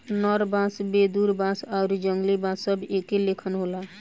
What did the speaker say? नर बांस, वेदुर बांस आउरी जंगली बांस सब एके लेखन होला